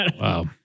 Wow